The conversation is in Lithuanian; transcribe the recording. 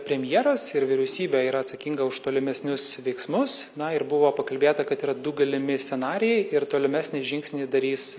premjeras ir vyriausybė yra atsakinga už tolimesnius veiksmus na ir buvo pakalbėta kad yra du galimi scenarijai ir tolimesnį žingsnį darys